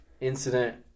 incident